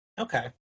Okay